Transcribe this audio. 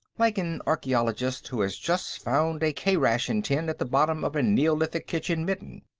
like an archaeologist who has just found a k-ration tin at the bottom of a neolithic kitchen-midden.